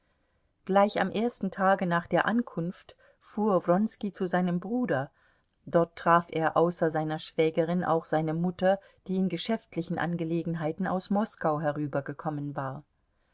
gleich am ersten tage nach der ankunft fuhr wronski zu seinem bruder dort traf er außer seiner schwägerin auch seine mutter die in geschäftlichen angelegenheiten aus moskau herübergekommen war